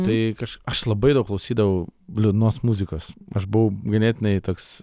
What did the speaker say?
tai kaž aš labai daug klausydavau liūdnos muzikos aš buvau ganėtinai toks